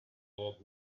had